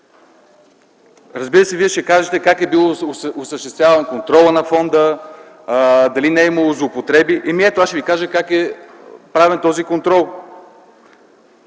Разбира се, вие ще кажете: как е бил осъществяван контролът на фонда, дали не е имало злоупотреби. Ами, ето, ще ви кажа как е правен този контрол: